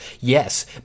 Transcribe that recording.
Yes